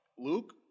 Luke